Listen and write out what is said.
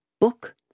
Book